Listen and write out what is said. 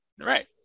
right